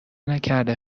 نکرده